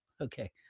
Okay